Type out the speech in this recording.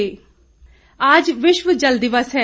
जल दिवस आज विश्व जल दिवस है